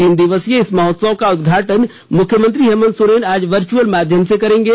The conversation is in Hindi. तीन दिवसीय इस महोत्सव का उद्घाटन मुख्यमंत्री हेमंत सोरेन आज वर्चुअल माध्यम से करेंगे